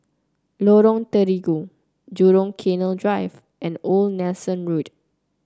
Lorong Terigu Jurong Canal Drive and Old Nelson Road